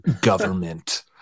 government